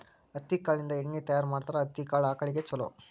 ಹತ್ತಿ ಕಾಳಿಂದ ಎಣ್ಣಿ ತಯಾರ ಮಾಡ್ತಾರ ಹತ್ತಿ ಕಾಳ ಆಕಳಗೊಳಿಗೆ ಚುಲೊ